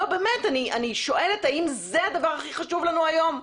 אני שואלת האם זה הדבר הכי חשוב לנו היום.